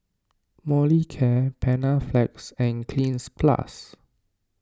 Molicare Panaflex and Cleanz Plus